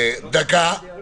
על